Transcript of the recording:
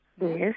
Yes